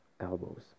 elbows